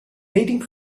waiting